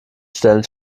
stellen